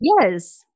yes